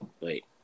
Wait